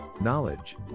Knowledge